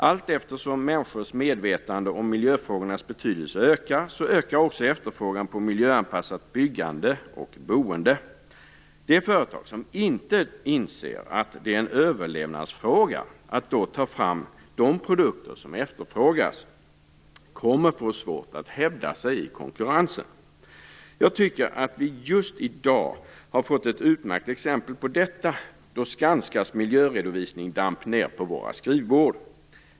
Allteftersom människors medvetande om miljöfrågornas betydelse ökar, så ökar också efterfrågan på miljöanpassat byggande och boende. Det företag som inte inser att det är en överlevnadsfråga att då ta fram de produkter som efterfrågas kommer att få svårt att hävda sig i konkurrensen. Jag tycker att vi just i dag har fått ett utmärkt exempel på detta, då Skanskas miljöredovisning damp ned på våra skrivbord.